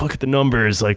like at the numbers. like